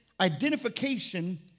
identification